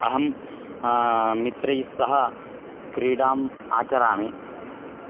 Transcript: अहं मित्रैस्सह क्रीडाम् आचरामि